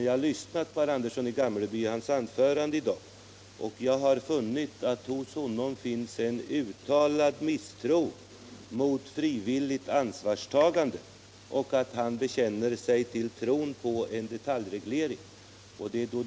Jag har lyssnat till hans anförande i dag, och jag har funnit att det hos honom finns en uttalad misstro mot frivilligt ansvarstagande och att han bekänner sig till tron på en detaljreglering.